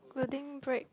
including break